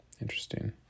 Interesting